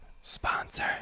Sponsor